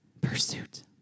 pursuit